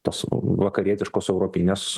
tos vakarietiškos europinės